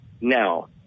Now